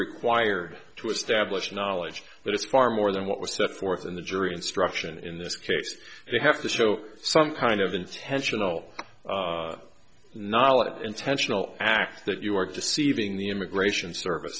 required to establish knowledge but it's far more than what was set forth in the jury instruction in this case they have to show some kind of intentional knowledge intentional act that you were deceiving the immigration service